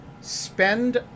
spend